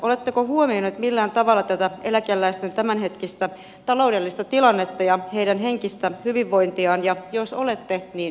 oletteko huomioinut millään tavalla tätä eläkeläisten tämänhetkistä taloudellista tilannetta ja heidän henkistä hyvinvointiaan ja jos olette niin miten